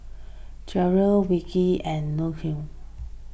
Jerrad Wilkie and Junious